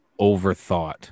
overthought